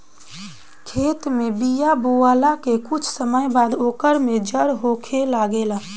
खेत में बिया बोआला के कुछ समय बाद ओकर में जड़ होखे लागेला